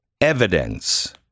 evidence